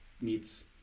meets